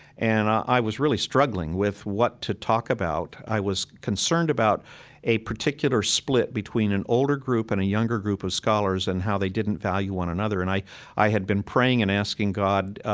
and i was really struggling with what to talk about. i was concerned about a particular split between an older group and a younger group of scholars and how they didn't value one another. and i i had been praying and asking god,